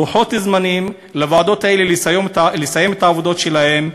לוחות זמנים לוועדות האלה לסיים את העבודות שלהן.